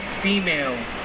female